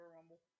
Rumble